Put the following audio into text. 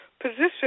position